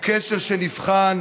הוא קשר שנבחן